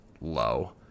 low